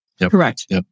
Correct